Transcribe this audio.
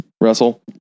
Russell